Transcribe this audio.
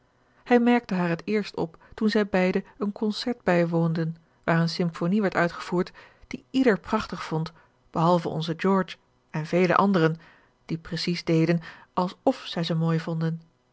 hij merkte haar het eerst op toen zij beide een concert bijwoonden waar eene symphonie werd uitgevoerd die ieder prachtig vond behalve onze george en vele anderen die precies deden als of zij ze mooi vonden